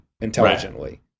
intelligently